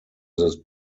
this